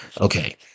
Okay